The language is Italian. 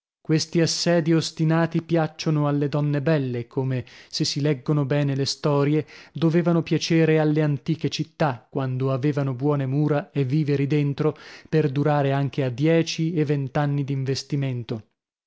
questi assedii ostinati piacciono alle donne belle come se si leggono bene le storie dovevano piacere alle antiche città quando avevano buone mura e viveri dentro per durare anche a dieci e vent'anni d'investimento